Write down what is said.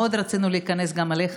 מאוד רצינו להיכנס גם אליך,